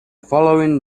following